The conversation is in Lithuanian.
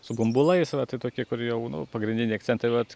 su bumbulais va tai tokie kur jau nu pagrindiniai akcentai vat